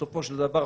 בסופו של דבר,